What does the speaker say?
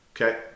Okay